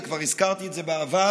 וכבר הזכרתי את זה בעבר,